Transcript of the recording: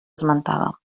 esmentada